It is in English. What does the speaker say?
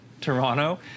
Toronto